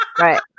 Right